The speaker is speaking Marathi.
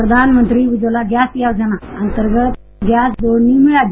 प्रधानमंत्री उज्ज्वला गॅस योजना अंतर्गत गॅस जोडणी मिळाली